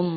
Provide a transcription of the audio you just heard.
எனவே